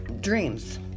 dreams